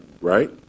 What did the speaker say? right